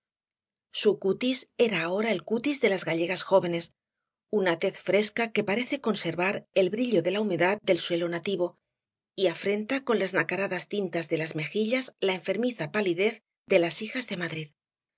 su cutis era ahora el cutis de las gallegas jóvenes una tez fresca que parece conservar el brillo de la humedad del suelo nativo y afrenta con las nacaradas tintas de las mejillas la enfermiza palidez de las hijas de madrid sus